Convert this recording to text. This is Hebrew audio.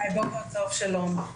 בוקר טוב, שלום.